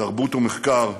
תרבות ומחקר,